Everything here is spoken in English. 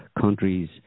countries